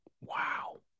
Wow